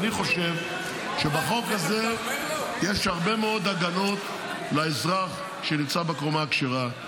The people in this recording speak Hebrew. אני חושב שבחוק הזה יש הרבה מאוד הגנות לאזרח שנמצא בקומה הכשרה,